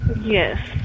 Yes